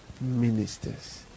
ministers